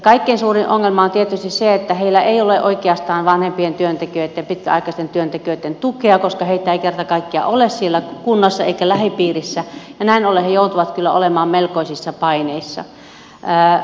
kaikkein suurin ongelma on tietysti se että heillä ei ole oikeastaan vanhempien työntekijöitten ja pitkäaikaisten työntekijöitten tukea koska näitä ei kerta kaikkiaan ole siellä kunnassa eikä lähipiirissä ja näin ollen he joutuvat kyllä olemaan melkoisissa paineissa